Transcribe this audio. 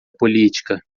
política